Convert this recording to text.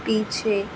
पीछे